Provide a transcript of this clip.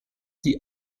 die